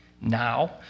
Now